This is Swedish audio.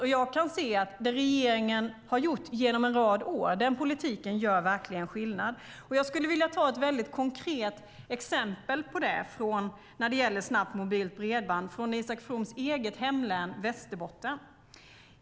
Och jag kan se att den politik som regeringen har fört genom en rad år verkligen gör skillnad. Jag skulle vilja ta ett konkret exempel när det gäller snabbt mobilt bredband från Isak Froms eget hemlän Västerbotten.